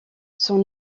sont